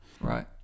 right